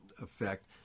effect